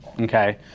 Okay